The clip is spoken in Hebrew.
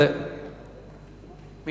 הרווחה והבריאות.